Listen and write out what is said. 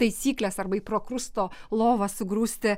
taisykles arba į prokrusto lovą sugrūsti